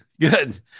good